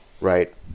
Right